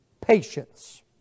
patience